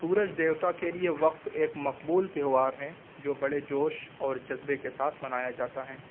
سورج دیوتا کے لیے وقف ایک مقبول تہوار ہے جو بڑے جوش اور جذبے کے ساتھ منایا جاتا ہیں